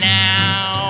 now